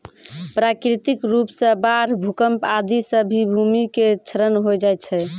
प्राकृतिक रूप सॅ बाढ़, भूकंप आदि सॅ भी भूमि के क्षरण होय जाय छै